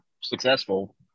successful